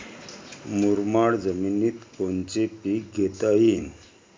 मुरमाड जमिनीत कोनचे पीकं घेता येईन?